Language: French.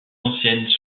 anciennes